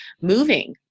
moving